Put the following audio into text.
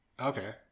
Okay